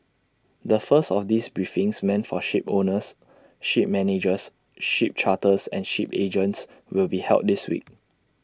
the first of these briefings meant for shipowners ship managers ship charterers and ship agents will be held this week